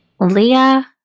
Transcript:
Leah